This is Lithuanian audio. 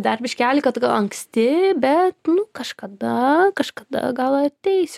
dar biškelį kad anksti bet nu kažkada kažkada gal ateis